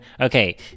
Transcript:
Okay